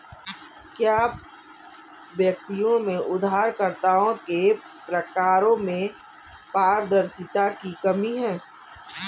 क्या व्यक्तियों में उधारकर्ताओं के प्रकारों में पारदर्शिता की कमी है?